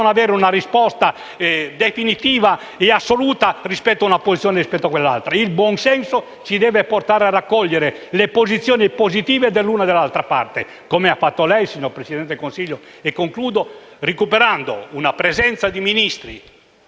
avere una risposta definitiva e assoluta rispetto a una posizione piuttosto che ad un'altra. Il buon senso deve portare a raccogliere le posizioni positive dell'una e dell'altra parte. Così come ha fatto lei, signor Presidente del Consiglio, recuperando una presenza di Ministri,